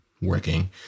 working